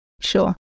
Sure